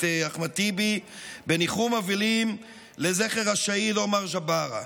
אחמד טיבי בניחום אבלים לזכר השהיד עומר ג'בארה,